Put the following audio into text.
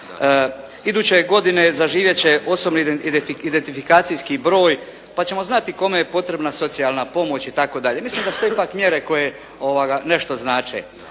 Iduće godine zaživjet će osobni identifikacijski broj, pa ćemo znati kome je potrebna socijalna pomoć itd. Mislim da su to ipak mjere koje nešto znače.